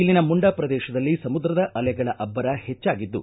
ಇಲ್ಲಿನ ಮುಂಡ ಪ್ರದೇಶದಲ್ಲಿ ಸಮುದ್ರದ ಅಲೆಗಳ ಅಬ್ಬರ ಹೆಚ್ಚಾಗಿದ್ದು